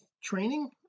training